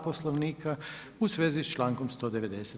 Poslovnika, u svezi s člankom 190.